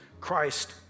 Christ